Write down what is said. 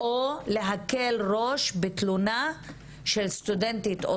או להקל ראש בתלונה של סטודנטית או